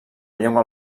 llengua